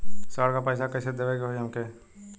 ऋण का पैसा कइसे देवे के होई हमके?